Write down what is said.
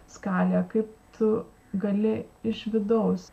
skalėje kaip tu gali iš vidaus